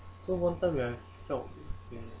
so one time when I felt